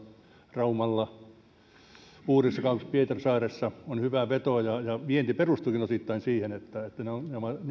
raumalla uudessakaupungissa pietarsaaressa on hyvä veto vienti perustuukin osittain siihen että että niillä on